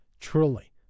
Truly